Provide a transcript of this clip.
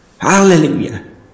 Hallelujah